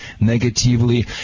negatively